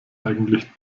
eigentlich